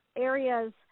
areas